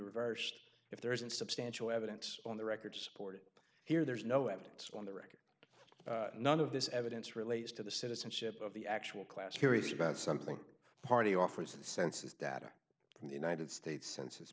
reversed if there isn't substantial evidence on the record to support it here there's no evidence on the record none of this evidence relates to the citizenship of the actual class curious about something party offers the census data from the united states census